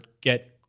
get